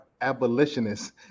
abolitionists